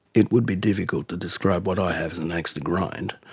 it would be difficult to describe what i have as an axe to grind.